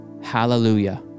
Hallelujah